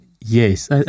Yes